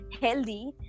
healthy